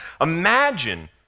Imagine